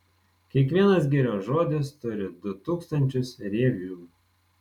kiekvienas girios žodis turi du tūkstančius rievių